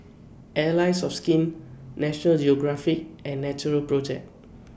Allies of Skin National Geographic and Natural Project